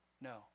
No